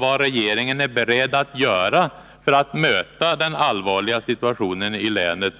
vad regeringen är beredd att göra för att möta den allvarliga situationen i länet.